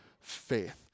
faith